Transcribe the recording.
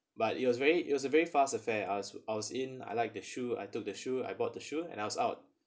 but it was very it was a very fast affair I was I was in I like the shoe I took the shoe I bought the shoe and I was out